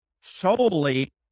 solely